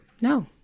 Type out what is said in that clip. no